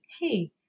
Hey